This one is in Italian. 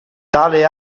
tale